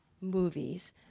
movies